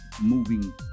moving